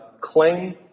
claim